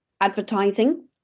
advertising